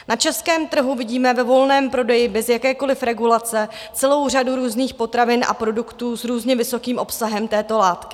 Na českém trhu vidíme ve volném prodeji bez jakékoliv regulace celou řadu různých potravin a produktů s různě vysokým obsahem této látky.